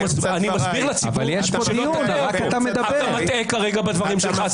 אני מסביר לציבור שאתה מטעה כרגע בדברים שלך.